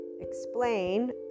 explain